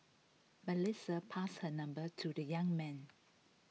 Melissa passed her number to the young man